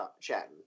chatting